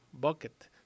bucket